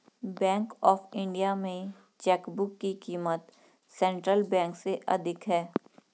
bank of India में chequebook की क़ीमत सेंट्रल बैंक से अधिक है